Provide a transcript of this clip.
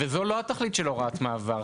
וזו לא התכלית של הוראת מעבר.